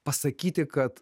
pasakyti kad